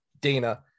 Dana